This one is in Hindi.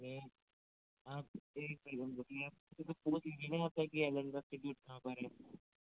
आप इंस्टिट्यूट कहाँ पर है